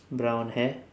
brown hair